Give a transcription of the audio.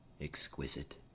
Exquisite